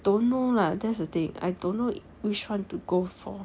don't know lah that's the thing I don't know which one to go for